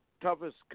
toughest